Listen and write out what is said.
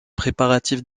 préparatifs